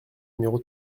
numéro